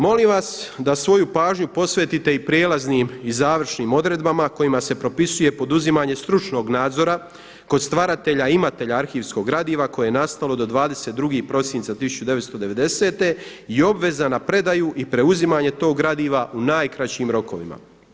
Molim vas da svoju pažnju posvetite i prijelaznim i završnim odredbama kojima se propisuje poduzimanje stručnog nadzora kod stvaratelja imatelja arhivskog gradiva koje je nastalo do 22. prosinca 1990. i obveza na predaju i preuzimanje tog gradiva u najkraćim rokovima.